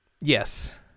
Yes